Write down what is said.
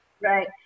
Right